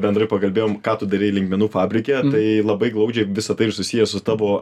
bendrai pakalbėjom ką tu darei linkmenų fabrike tai labai glaudžiai visa tai ir susiję su tavo